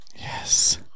Yes